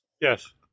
yes